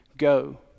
go